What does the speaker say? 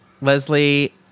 Leslie